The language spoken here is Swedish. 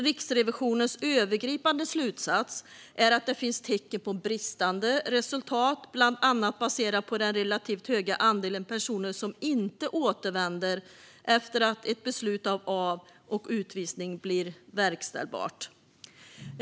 Riksrevisionens övergripande slutsats är att det finns tecken på bristande resultat, bland annat baserat på den relativt höga andel personer som inte återvänder efter att ett beslut om av eller utvisning blir verkställbart.